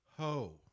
Ho